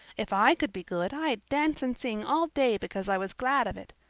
if i could be good i'd dance and sing all day because i was glad of it.